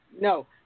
No